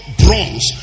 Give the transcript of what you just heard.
bronze